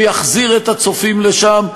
שיחזיר את הצופים לשם,